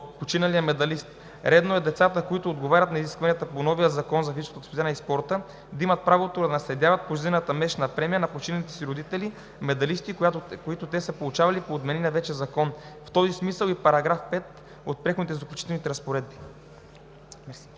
починалия медалист. Редно е децата, които отговарят на изискванията по новия Закон за физическото възпитание и спорта да имат правото да наследяват пожизнената месечна премия на починалите си родители-медалисти, която те са получавали по отменения вече закон. В този смисъл е и § 5 от „Преходните и заключителните разпоредби“.